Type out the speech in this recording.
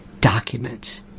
documents